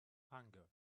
hunger